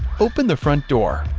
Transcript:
open the front door,